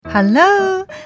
Hello